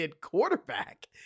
quarterback